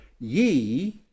ye